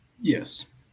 Yes